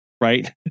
right